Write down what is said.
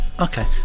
Okay